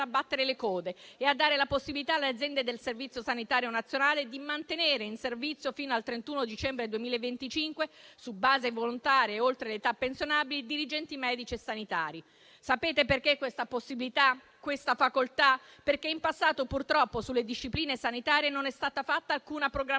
abbattere le code e a dare la possibilità alle aziende del Servizio sanitario nazionale di mantenere in servizio fino al 31 dicembre 2025, su base volontaria e oltre l'età pensionabile, dirigenti medici e sanitari. Sapete perché questa possibilità, questa facoltà? Perché in passato purtroppo sulle discipline sanitarie non è stata fatta alcuna programmazione,